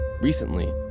Recently